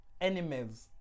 animals